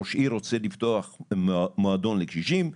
ראש עיר רוצה לפתוח מועדון לקשישים,